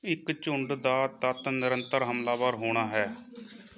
ਇੱਕ ਝੁੰਡ ਦਾ ਤੱਤ ਨਿਰੰਤਰ ਹਮਲਾਵਰ ਹੋਣਾ ਹੈ